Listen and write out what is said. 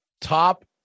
Top